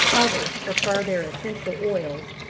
others prefer their essential oils.